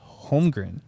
Holmgren